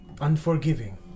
unforgiving